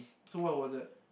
so what was that